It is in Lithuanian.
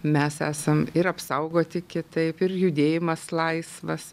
mes esam ir apsaugoti kitaip ir judėjimas laisvas